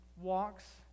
walks